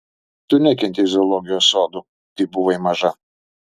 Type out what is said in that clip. tu nekentei zoologijos sodų kai buvai maža